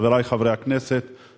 חברי חברי הכנסת,